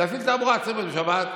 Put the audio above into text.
להפעיל תחבורה ציבורית בשבת.